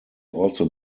also